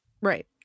Right